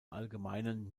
allgemeinen